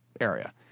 area